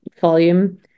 volume